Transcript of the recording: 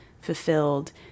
fulfilled